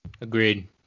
Agreed